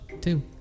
Two